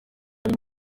ari